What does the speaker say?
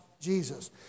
Jesus